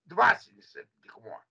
dvasinis atitikmuo